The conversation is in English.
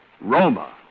Roma